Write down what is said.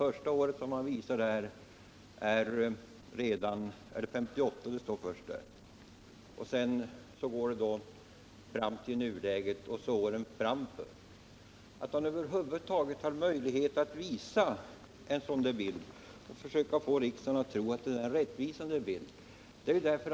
Bilden visar kostnaderna från 1958 fram till nuläget och ett antal år längre fram. Att över huvud taget visa denna bild och försöka få riksdagen att tro att den är rättvisande är märkligt.